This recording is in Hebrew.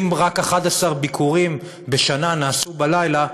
אם רק 11 ביקורים בשנה נעשו בלילה,